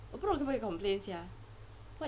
我不懂可不可以 complain sia